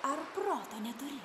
ar proto neturi